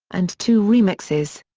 and two remixes.